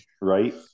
Right